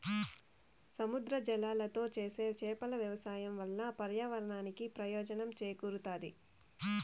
సముద్ర జలాలతో చేసే చేపల వ్యవసాయం వల్ల పర్యావరణానికి ప్రయోజనం చేకూరుతాది